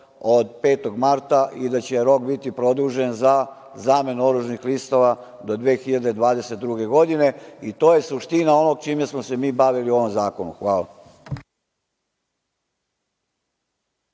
od 5. marta i da će rok biti produžen za zamenu oružanih listova do 2022. godine. To je suština onog čime smo se mi bavili u ovom zakonu. Hvala.